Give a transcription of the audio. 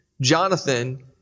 Jonathan